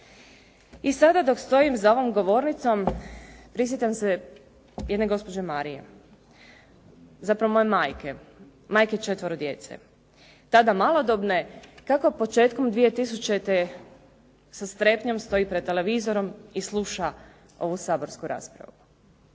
I sada dok stojim za ovom govornicom prisjećam se jedne gospođe Marije. Zapravo, moje majke, majke četvero djece, tada malodobne kako početkom 2000. sa strepnjom stoji pred televizorom i sluša ovu saborsku raspravu.